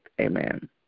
Amen